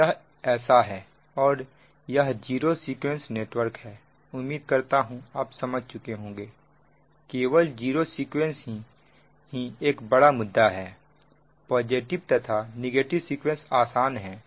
तो यह ऐसा है और यह जीरो सीक्वेंस नेटवर्क है उम्मीद करता हूं आप समझ चुके होंगे केवल जीरो सीक्वेंस ही एक बड़ा मुद्दा है पॉजिटिव तथा नेगेटिव सीक्वेंस आसान है